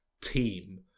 team